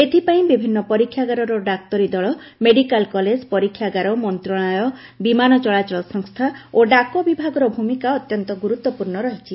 ଏଥିପାଇଁ ବିଭିନ୍ନ ପରୀକ୍ଷାଗାରର ଡାକ୍ତରୀ ଦଳ ମେଡ଼ିକାଲ କଲେଜ ପରୀକ୍ଷାଗାର ମନ୍ତ୍ରଣାଳୟ ବିମାନ ଚଳାଚଳ ସଂସ୍ଥା ଓ ଡାକ ବିଭାଗର ଭୂମିକା ଅତ୍ୟନ୍ତ ଗୁରୁତ୍ୱପୂର୍ଣ୍ଣ ରହିଛି